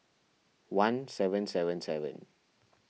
one seven seven seven